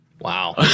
Wow